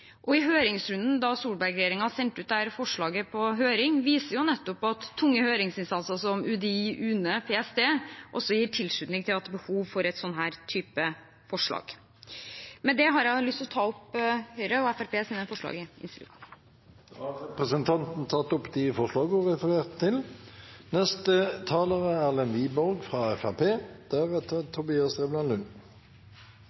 Høringsrunden da Solberg-regjeringen sendte dette forslaget ut på høring, viste nettopp at tunge høringsinstanser som UDI, UNE og PST også gir tilslutning til at det er behov for denne typen forslag. Med det har jeg lyst til å ta opp Høyre og Fremskrittspartiets forslag i saken. Representanten Mari Holm Lønseth har tatt opp det forslaget hun refererte til.